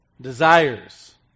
desires